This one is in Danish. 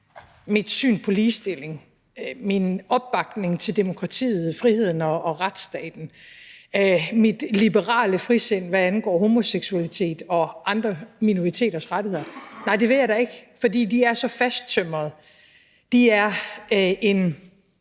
mit syn på ligestilling, min opbakning til demokratiet, friheden og retsstaten, mit liberale frisind, hvad angår homoseksualitet og andre minoriteters rettigheder? Nej, det ville jeg da ikke, for de er fasttømret, de er en